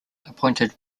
appointed